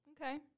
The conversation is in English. Okay